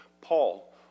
Paul